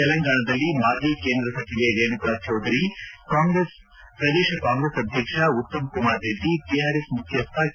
ತೆಲಂಗಾಣದಲ್ಲಿ ಮಾಜಿ ಕೇಂದ್ರ ಸಚಿವೆ ರೇಣುಕಾ ಚೌಧರಿ ಪ್ರದೇಶ ಕಾಂಗ್ರೆಸ್ ಅಧ್ಯಕ್ಷ ಉತ್ತಮ್ ಕುಮಾರ್ ರೆಡ್ಡಿ ಟಿಆರ್ಎಸ್ ಮುಖ್ಯಸ್ಥ ಕೆ